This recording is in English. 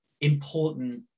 important